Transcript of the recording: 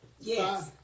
Yes